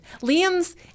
Liam's